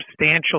substantial